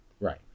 Right